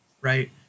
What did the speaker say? right